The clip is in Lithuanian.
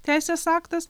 teisės aktas